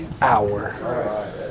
hour